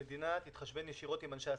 שהמדינה תתחשבן ישירות עם אנשי העסקים,